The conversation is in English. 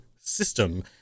system